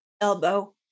elbow